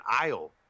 aisle